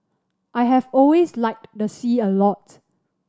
I have always liked the sea a lot